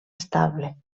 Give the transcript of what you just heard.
estable